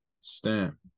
stamp